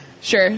Sure